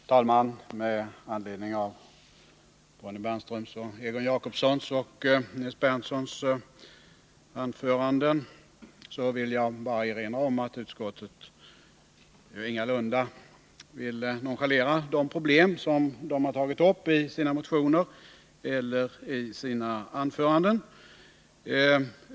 Herr talman! Med anledning av Bonnie Bernströms, Egon Jacobssons och Nils Berndtsons anföranden vill jag bara erinra om att utskottet ingalunda nonchalerar de problem som de har tagit upp i sina motioner eller i sina anföranden.